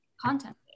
Content